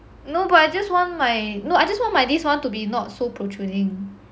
no but I just want my no I just want my this one to be not so protruding